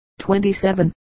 27